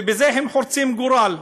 ובזה הם חורצים גורל.